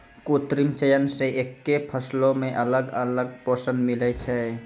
कृत्रिम चयन से एक्के फसलो मे अलग अलग पोषण मिलै छै